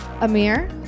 Amir